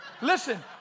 Listen